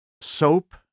soap